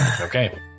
Okay